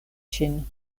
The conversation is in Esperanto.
ŝin